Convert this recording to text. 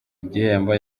igihembo